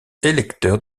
électeur